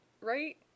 right